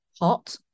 Hot